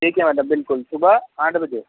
ठीक है मैडम बिल्कुल सुबह आठ बजे